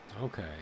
okay